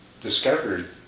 discovered